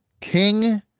King